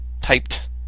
typed